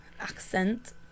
accent